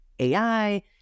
AI